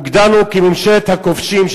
הוגדרנו כממשלת הכובשים,